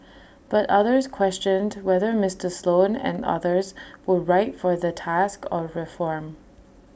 but others questioned whether Mister Sloan and others were right for the task of reform